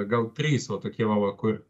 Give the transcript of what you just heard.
gal trys va tokie va kur